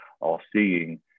all-seeing